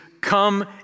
come